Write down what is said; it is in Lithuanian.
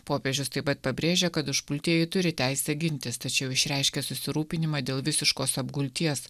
popiežius taip pat pabrėžė kad užpultieji turi teisę gintis tačiau išreiškė susirūpinimą dėl visiškos apgulties